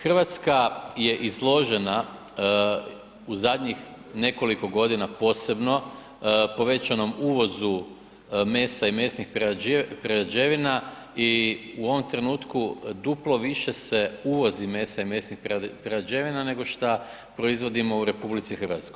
Hrvatska je izložena u zadnjih nekoliko godina posebno povećanom uvozu mesa i mesnih prerađevina i u ovom trenutku duplo više se uvozi mesa i mesnih prerađevina nego šta proizvodimo u RH.